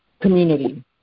community